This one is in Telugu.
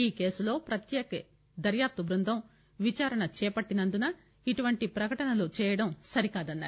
ఈ కేసులో ప్రత్యేక దర్యాప్తు బృందం విచారణ చేపట్టినందున ఇటువంటి ప్రకటనలు చేయడం సరికాదన్నారు